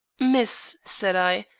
miss, said i,